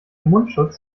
mundschutz